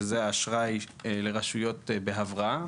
שזה האשראי לרשויות בהבראה,